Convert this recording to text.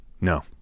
No